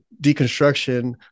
deconstruction